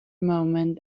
moment